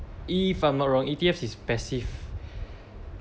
if I'm not wrong E_T_F is passive